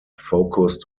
focused